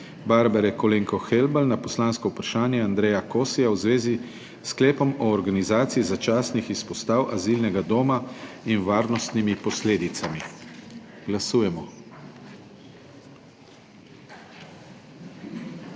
Barbare Kolenko Helbl na poslansko vprašanje Andreja Kosija v zvezi s sklepom o organizaciji začasnih izpostav azilnega doma in varnostnimi posledicami. Glasujemo.